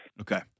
okay